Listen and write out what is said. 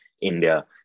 india